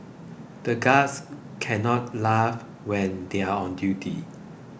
the guards can't laugh when they are on duty